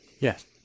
Yes